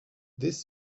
this